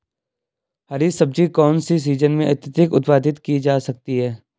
हरी सब्जी कौन से सीजन में अत्यधिक उत्पादित की जा सकती है?